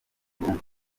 burundu